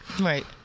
Right